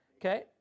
Okay